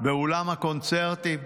באולם הקונצרטים.